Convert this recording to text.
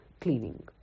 cleaning